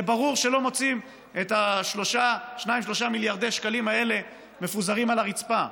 זה ברור שלא מוצאים את 2 3 מיליארדי השקלים האלה מפוזרים על הרצפה,